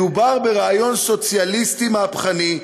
מדובר ברעיון סוציאליסטי מהפכני,